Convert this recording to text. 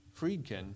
Friedkin